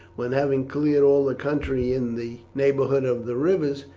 when, having cleared all the country in the neighbourhood of the rivers,